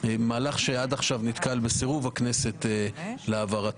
מהלך שעד כה נתקל בסירוב הכנסת להעברתו.